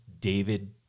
David